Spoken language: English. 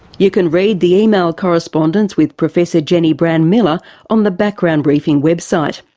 you can read the email correspondence with professor jennie brand-miller on the background briefing website.